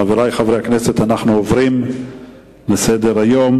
חברי חברי הכנסת, אנחנו עוברים להצעה לסדר-היום